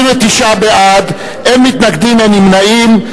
29 בעד, אין מתנגדים, אין נמנעים.